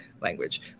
language